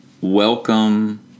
welcome